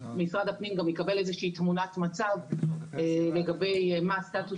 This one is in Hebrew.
משרד הפנים גם יקבל איזושהי תמונת מצב לגבי הסטטוס